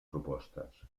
propostes